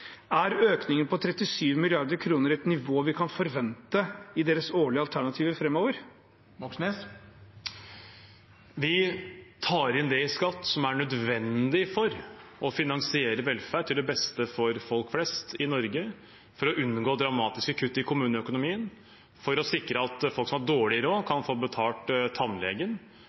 Er økningen på 37 mrd. kr et nivå vi kan forvente i deres årlige alternativer framover? Vi tar inn det i skatt som er nødvendig for å finansiere velferd til det beste for folk flest i Norge, for å unngå dramatiske kutt i kommuneøkonomien, for å sikre at folk som har dårlig råd, kan få betalt tannlegen.